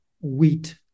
wheat